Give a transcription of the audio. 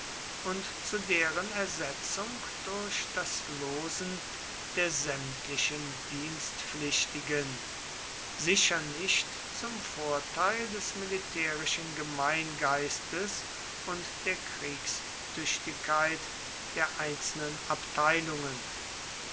und zu deren ersetzung durch das losen der sämtlichen dienstpflichtigen sicher nicht zum vorteil des militärischen gemeingeistes und der kriegstüchtigkeit der einzelnen abteilungen